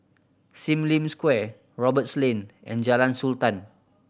Sim Lim Square Roberts Lane and Jalan Sultan